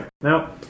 Now